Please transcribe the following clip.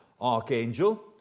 archangel